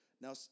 now